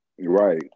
right